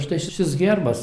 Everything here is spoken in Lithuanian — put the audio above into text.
štai šis herbas